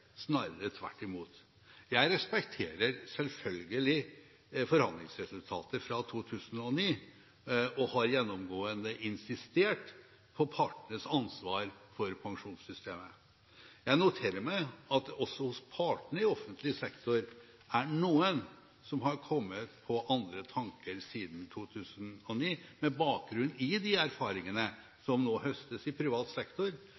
snarere tvert imot. Jeg respekterer selvfølgelig forhandlingsresultatet fra 2009 og har gjennomgående insistert på partenes ansvar for pensjonssystemet. Jeg noterer meg at det også hos partene i offentlig sektor er noen som har kommet på andre tanker siden 2009, med bakgrunn i de erfaringene som nå høstes i privat sektor,